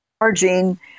charging